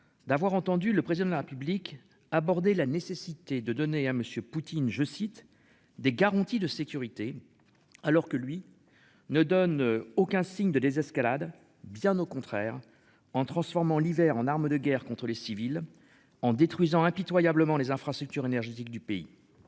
d'avoir entendu le président de la République aborder la nécessité de donner à monsieur Poutine, je cite, des garanties de sécurité alors que lui ne donne aucun signe de désescalade, bien au contraire, en transformant l'hiver en arme de guerre contre les civils en détruisant impitoyablement les infrastructures énergétiques du pays.--